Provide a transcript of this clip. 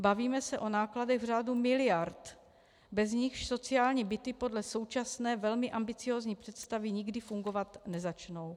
Bavíme se o nákladech v řádu miliard, bez nichž sociální byty podle současné, velmi ambiciózní představy nikdy fungovat nezačnou.